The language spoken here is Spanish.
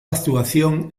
actuación